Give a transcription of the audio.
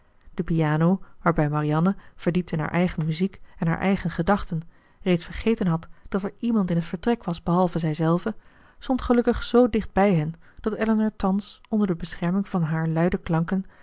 de piano waarbij marianne verdiept in haar eigen muziek en haar eigen gedachten reeds vergeten had dat er iemand in het vertrek was behalve zijzelve stond gelukkig zoo dicht bij hen dat elinor thans onder de bescherming van haar luide klanken